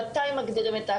אין לנו את הפריווילגיה הזאת,